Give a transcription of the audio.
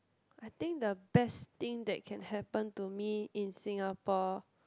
I think the best thing that can happen to me in Singapore